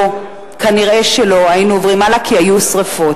לא, נראה שלא, היינו עוברים הלאה כי היו שרפות.